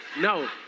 no